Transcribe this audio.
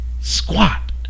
squat